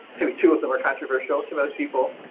maybe two of them are controversial to most people.